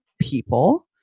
people